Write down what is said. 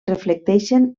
reflecteixen